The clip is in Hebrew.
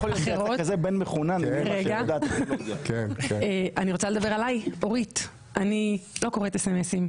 אני רוצה לדבר עלי ולומר שאני לפעמים לא קוראת SMS,